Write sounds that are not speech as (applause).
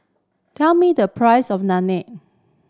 tell me the price of (unintelligible)